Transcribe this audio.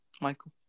Michael